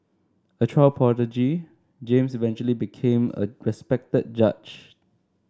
a child prodigy James eventually became a respected judge